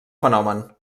fenomen